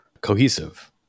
cohesive